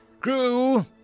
Crew